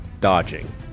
dodging